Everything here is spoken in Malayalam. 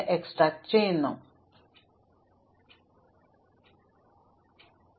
അതിനാൽ ഒരു ശീർഷകം തിരഞ്ഞെടുക്കുന്നതിന് ഞങ്ങൾക്ക് n ലോഗ് n ഉണ്ട് ഇത് ഒരു ദൂരം അപ്ഡേറ്റ് ചെയ്യുന്നതിനാണ് ശരിയാണ്